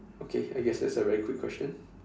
okay I guess that's a very quick question